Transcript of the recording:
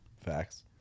Facts